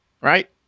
Right